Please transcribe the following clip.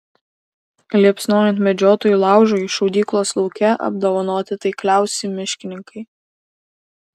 liepsnojant medžiotojų laužui šaudyklos lauke apdovanoti taikliausi miškininkai